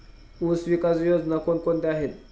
ऊसविकास योजना कोण कोणत्या आहेत?